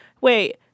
wait